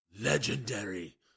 Legendary